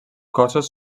cossos